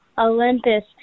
Olympus